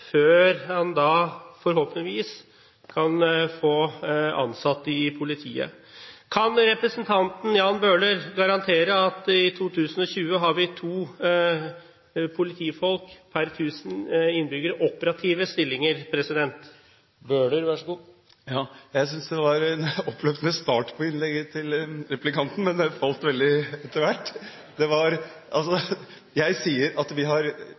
før han da forhåpentligvis kan få ansatt dem i politiet. Kan representanten Jan Bøhler garantere at i 2020 har vi to per 1 000 innbyggere i operative stillinger? Jeg synes det var en oppløftende start på innlegget til replikkanten, men det falt veldig etter hvert! Jeg sier at 94–95 pst. av alle som har